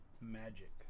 Magic